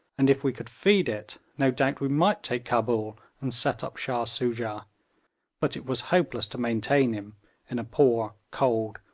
and if we could feed it, no doubt we might take cabul and set up shah soojah but it was hopeless to maintain him in a poor, cold,